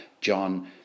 John